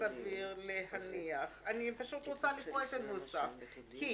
אני רוצה לקרוא את הנוסח: "...